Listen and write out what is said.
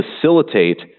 facilitate